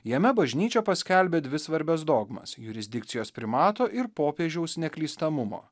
jame bažnyčia paskelbė dvi svarbias dogmas jurisdikcijos primato ir popiežiaus neklystamumo